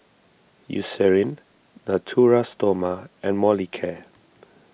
Eucerin Natura Stoma and Molicare